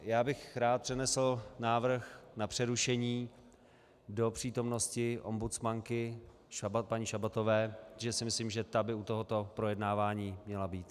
Já bych rád přednesl návrh na přerušení do přítomnosti ombudsmanky paní Šabatové, protože si myslím, že ta by u tohoto projednávání měla být.